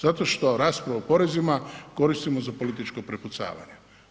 Zato što raspravu o porezima koristimo za političko prepucavanje.